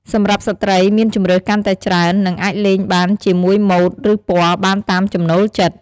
សម្រាប់ស្ត្រីមានជម្រើសកាន់តែច្រើន និងអាចលេងបានជាមួយម៉ូដ ឬពណ៌បានតាមចំណូលចិត្ត។